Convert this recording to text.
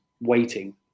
waiting